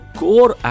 core